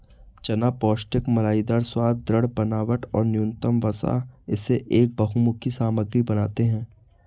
चना पौष्टिक मलाईदार स्वाद, दृढ़ बनावट और न्यूनतम वसा इसे एक बहुमुखी सामग्री बनाते है